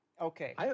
Okay